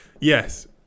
yes